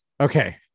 okay